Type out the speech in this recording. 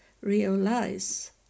realize